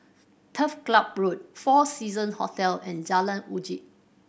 Turf Club Road Four Season Hotel and Jalan Uji